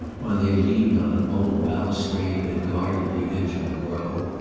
while they leaned on an old balustrade that guarded the edge of the row,